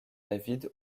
david